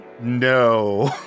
No